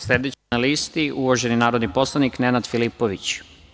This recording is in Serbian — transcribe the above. Sledeći na listi, uvaženi narodni poslanik Nenad Filipović.